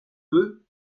peu